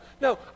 no